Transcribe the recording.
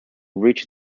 reach